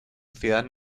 ciudad